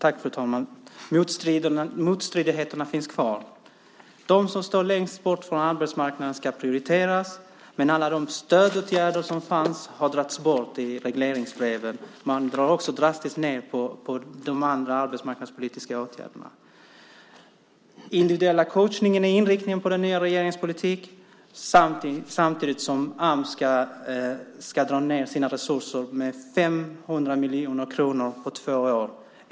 Fru talman! Motstridigheterna finns kvar. De som står längst bort från arbetsmarknaden ska prioriteras, men alla de stödåtgärder som fanns har dragits bort i regleringsbreven. Man drar också drastiskt ned på de andra arbetsmarknadspolitiska åtgärderna. Den individuella coachningen är inriktningen på den nya regeringens politik samtidigt som Ams ska dra ned sina resurser med 500 miljoner kronor på två år.